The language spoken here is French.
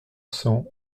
cents